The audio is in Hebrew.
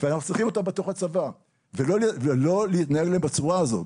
ואנחנו צריכים אותם בתוך הצבא ולא להתנהג אליהם בצורה הזאת.